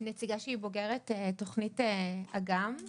נציגה שהיא בוגרת תוכנית "אגם".